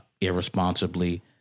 irresponsibly